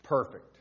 Perfect